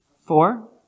Four